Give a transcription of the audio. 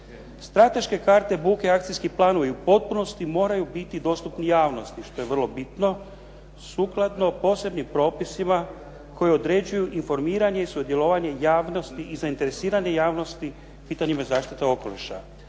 Strateške karte buke i akcijski planovi u potpunosti moraju biti dostupni javnosti što je vrlo bitno sukladno posebnim propisima koji određuju informiranje i sudjelovanje javnosti i zainteresirane javnosti pitanjima zaštite okoliša.